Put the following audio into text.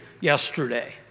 yesterday